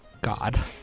God